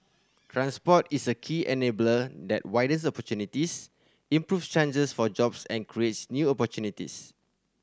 transport is a key enabler that widens opportunities improve chances for jobs and creates new opportunities